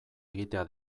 egitea